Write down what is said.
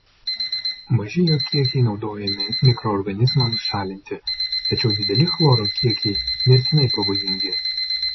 maži jo kiekiai naudojami mikroorganizmams šalinti tačiau dideli chloro kiekiai mirtinai pavojingi